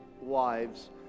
wives